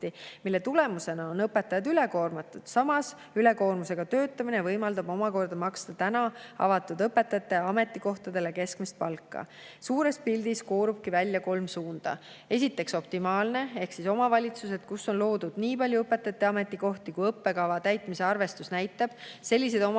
mille tulemusena on õpetajad üle koormatud. Samas, see, et [õpetajad] ülekoormusega töötavad, võimaldab omakorda maksta avatud õpetajate ametikohtadel keskmist palka. Suures pildis koorubki välja kolm suunda. Esiteks, optimaalne ehk omavalitsused, kus on loodud nii palju õpetajate ametikohti, kui õppekava täitmise arvestus näitab, selliseid omavalitsusi